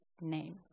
name